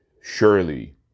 Surely